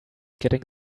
getting